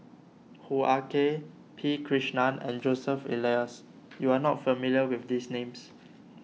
Hoo Ah Kay P Krishnan and Joseph Elias you are not familiar with these names